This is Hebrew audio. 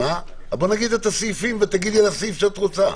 בואי נגיד את הסעיפים ותדברי על הסעיף שאת רוצה.